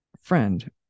Friend